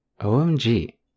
OMG